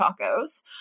tacos